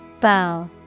Bow